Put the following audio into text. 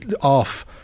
off